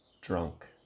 drunk